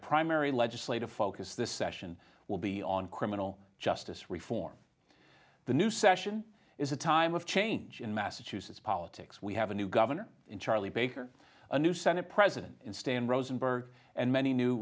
primary legislative focus this session will be on criminal justice reform the new session is a time of change in massachusetts politics we have a new governor in charlie baker a new senate president in stand rosenberg and many new